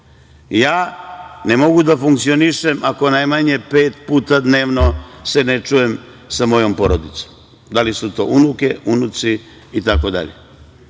Ja ne mogu da funkcionišem ako najmanje pet puta dnevno se ne čujem sa mojom porodicom, da li su to unuke, unuci itd.